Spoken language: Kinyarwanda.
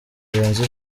murenzi